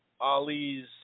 Ali's